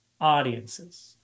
audiences